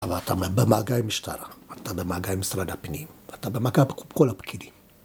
אבל אתה במגע עם משטרה, אתה במגע עם משרד הפנים, אתה במגע עם כל הפקידים